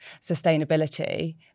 sustainability